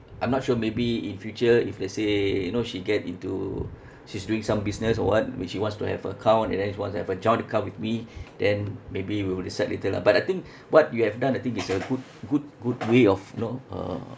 I'm not sure maybe in future if let's say you know she get into she's doing some business or what when she wants to have a account and then she wants to have a joint account with me then maybe we will decide later lah but I think what you have done the thing is a good good good way of you know uh